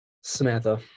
Samantha